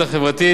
אדוני היושב-ראש,